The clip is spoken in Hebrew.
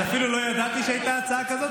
אפילו לא ידעתי שהייתה הצעה כזאת,